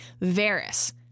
Varys